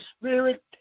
spirit